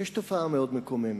יש תופעה מאוד מקוממת.